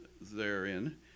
therein